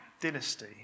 dynasty